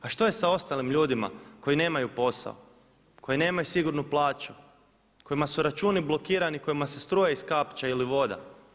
A što je sa ostalim ljudima koji nemaju posao, koji nemaju sigurnu plaću, kojima su računi blokirani, kojima se struja iskapča ili voda?